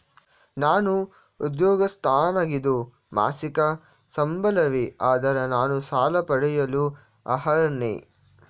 ನಾನು ಉದ್ಯೋಗಸ್ಥನಾಗಿದ್ದು ಮಾಸಿಕ ಸಂಬಳವೇ ಆಧಾರ ನಾನು ಸಾಲ ಪಡೆಯಲು ಅರ್ಹನೇ?